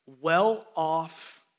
well-off